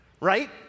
right